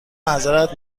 معذرت